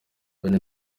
bene